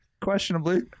Questionably